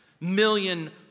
million